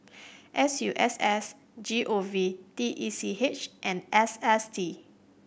S U S S G O V T E C H and S S T